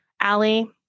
Allie